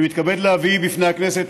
אנחנו עוברים לסעיף הבא,